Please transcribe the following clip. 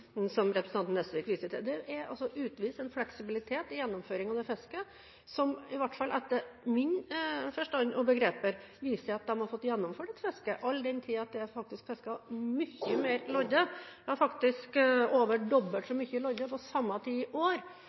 som representanten Nesvik viser til. Det er altså utvist en fleksibilitet i gjennomføringen av fisket som i hvert fall etter min forstand og mine begreper viser at de faktisk har fått gjennomført det, all den tid det er fisket mye mer lodde – over dobbelt så mye – i år som på samme tid i